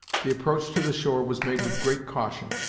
the approach to the shore was made with great caution,